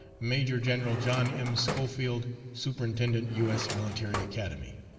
major-general john m. schofield, superintendent u. s. military academy.